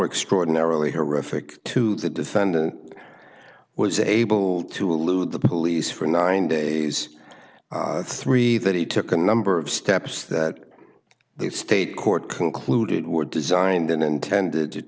extraordinarily horrific to the defendant was able to elude the police for nine days three that he took a number of steps that the state court concluded were designed and intended